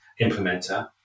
implementer